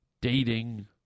dating